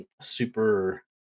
super